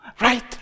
right